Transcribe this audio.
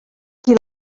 qui